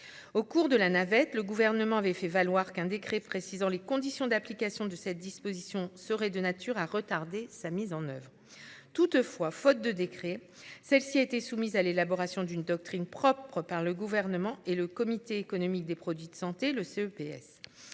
Au cours de la navette, le gouvernement avait fait valoir qu'un décret précisant les conditions d'application de cette disposition serait de nature à retarder sa mise en oeuvre. Toutefois faute de décret. Celle-ci a été soumise à l'élaboration d'une doctrine propres par le gouvernement et le comité économique des produits de santé, le CEBS,